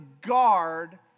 guard